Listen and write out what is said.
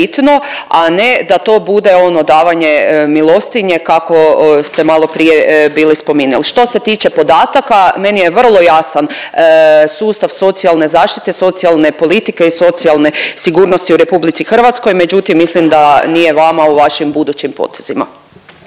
a ne da to bude ono davanje milostinje kako ste maloprije bili spominjali. Što se tiče podataka meni je vrlo jasan sustav socijalne zaštite, socijalne politike i socijalne sigurnosti u RH, međutim mislim da nije vama u vašim budućim potezima.